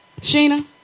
Sheena